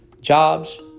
jobs